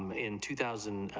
um in two thousand,